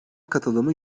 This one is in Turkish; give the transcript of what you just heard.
katılımı